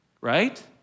right